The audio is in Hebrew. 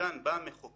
כאן בא המחוקק